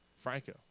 Franco